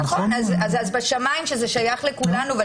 נכון, אז בשמים שזה שייך לכולנו?